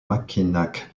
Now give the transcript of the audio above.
mackinac